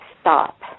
stop